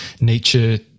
nature